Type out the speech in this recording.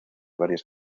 varias